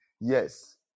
Yes